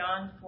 John